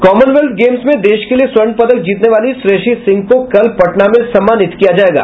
Commonwealth Games में देश के लिए स्वर्ण पदक जीतने वाली श्रेयसी सिंह को कल पटना में सम्मानित किया जायेगा